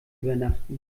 übernachten